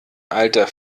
alter